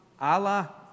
Allah